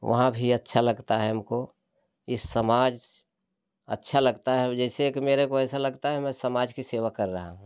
वहाँ भी अच्छा लगता है हमको इस समाज अच्छा लगता है जैसे के मेरे को ऐसा लगता है मैं समाज की सेवा कर रहा हूँ